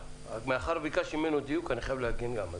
מאחר וביקשתי ממנו דיוק אני חייב להגן גם.